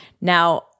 Now